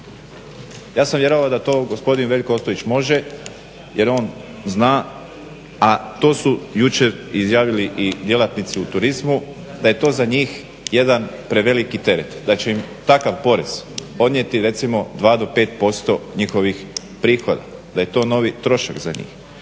Ja sam vjerovao da to gospodin Veljko Ostojić može jer on zna, a to su jučer izjavili i djelatnici u turizmu, da je to za njih jedan preveliki teret. Da će im takav porez odnijeti recimo 2 do 5% njihovih prihoda, da je to novi trošak za njih.